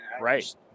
Right